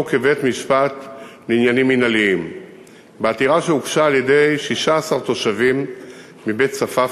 כבית-משפט לעניינים מינהליים בעתירה שהוגשה על-ידי 16 תושבים מבית-צפאפא,